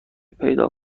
پیدا